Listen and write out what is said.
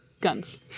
guns